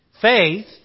Faith